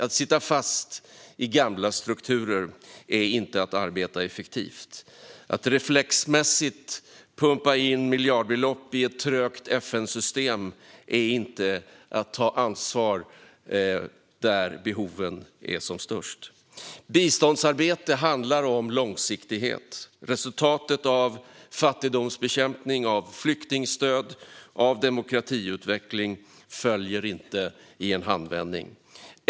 Att sitta fast i gamla strukturer är inte att arbeta effektivt. Att reflexmässigt pumpa in miljardbelopp i ett trögt FN-system är inte att ta ansvar där behoven är som störst. Biståndsarbete handlar om långsiktighet. Resultatet av fattigdomsbekämpning, flyktingstöd och demokratiutveckling följer inte i en handvändning.